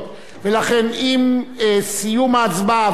ואם אכן הכנסת תאשר בקריאה ראשונה,